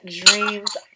Dreams